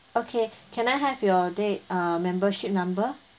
okay can I have your date uh membership number